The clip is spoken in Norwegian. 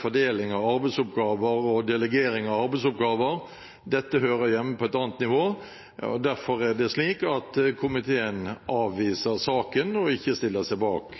fordelingen av arbeidsoppgaver og delegering av arbeidsoppgaver skal være. Dette hører hjemme på et annet nivå. Derfor er det slik at komiteen avviser saken og ikke stiller seg bak